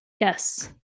yes